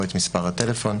או את מספר הטלפון.